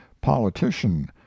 politician